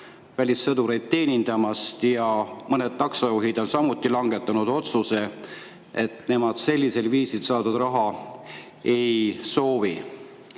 välissõdureid teenindamast ja mõned taksojuhid on samuti langetanud otsuse, et nemad sellisel viisil saadud raha ei soovi.